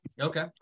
Okay